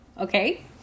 Okay